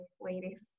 ladies